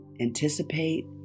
anticipate